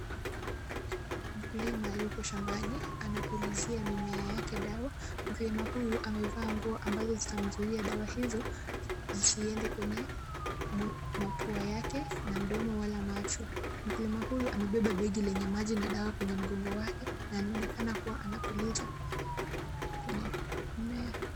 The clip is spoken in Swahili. Mkulima yuko shambani anapulizia mimea yake dawa, mkulima huyu amevaa nguo ambazo zitamzuia dawa hizo zisiende kwenye mapuo yake na mdomo wala macho, mkulima huyu amepeba beki lenye maji na dawa kwenye mkongo wake na anaonekana kuwa anapulisia kwenye mmea.